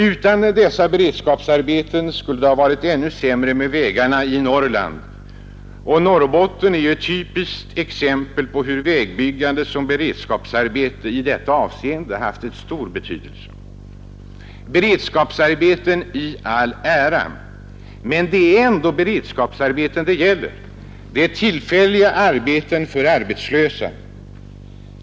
Utan dessa beredskapsarbeten skulle det ha varit ännu sämre med vägarna i Norrland, och Norrbotten är ju ett typiskt exempel på hur vägbyggande som beredskapsarbete i detta avseende haft en stor betydelse. Beredskapsarbeten i all ära, men det är ändå beredskapsarbeten det gäller. Det är tillfälliga arbeten för arbetslösa.